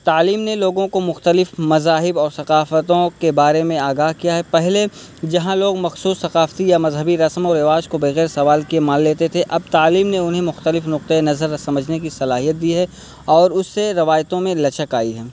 تعلیم نے لوگوں کو مختلف مذاہب اور ثقافتوں کے بارے میں آگاہ کیا ہے پہلے جہاں لوگ مخصوص ثقافتی یا مذہبی رسم و رواج کو بغیر سوال کیے مان لیتے تھے اب تعلیم نے انہیں مختلف نقطہ نظر سمجھنے کی صلاحیت دی ہے اور اس سے روایتوں میں لچک آئی ہے